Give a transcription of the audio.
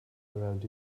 around